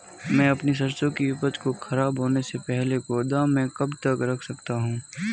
मैं अपनी सरसों की उपज को खराब होने से पहले गोदाम में कब तक रख सकता हूँ?